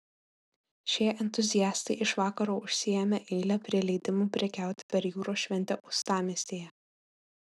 šie entuziastai iš vakaro užsiėmė eilę prie leidimų prekiauti per jūros šventę uostamiestyje